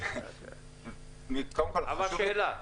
אבל שאלה.